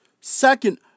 second